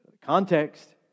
Context